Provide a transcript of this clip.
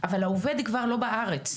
אבל העובד כבר לא בארץ.